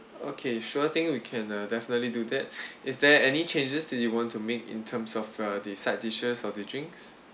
okay sure thing we can uh definitely do that is there any changes that you want to make in terms of uh the side dishes or the drinks